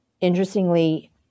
interestingly